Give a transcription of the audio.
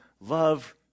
love